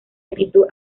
actitud